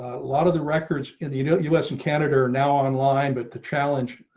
a lot of the records in the you know us and canada now online, but the challenge,